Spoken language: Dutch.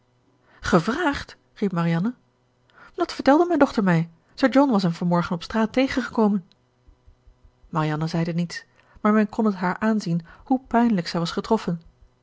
gevraagd riep marianne dat vertelde mijn dochter mij sir john was hem vanmorgen op straat tegengekomen marianne zeide niets maar men kon het haar aanzien hoe pijnlijk zij was getroffen